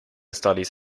studies